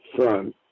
Son